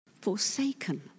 Forsaken